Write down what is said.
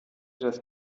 das